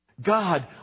God